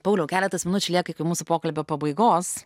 pauliau keletas minučių lieka iki mūsų pokalbio pabaigos